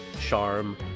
charm